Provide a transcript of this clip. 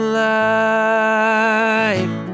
life